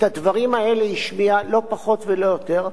את הדברים האלה השמיע, לא פחות ולא יותר,